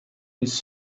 was